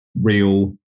real